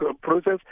process